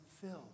filled